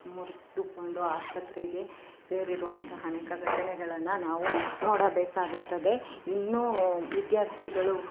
ಮುರಿದುಕೊಂಡು ಆಸ್ಪತ್ರೆಗೆ ಸೇರಿರುವಂತಹ ಅನೇಕ ಘಟನೆಗಳನ್ನ ನಾವು ನೋಡಬೇಕಾಗುತ್ತದೆ ಇನ್ನೂ ವಿದ್ಯಾರ್ಥಿಗಳು